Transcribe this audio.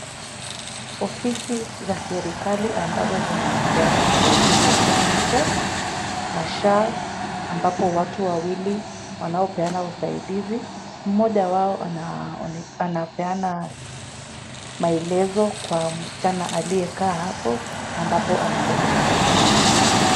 Ofisi za serikali ambazo zinapeana usaidizi wa NSSF na SHA, ambapo watu wawili wanaopeana usaidizi, mmoja wao anapeana maelezo kwa msichana aliyekaa hapo ambapo anangoja usaidizi.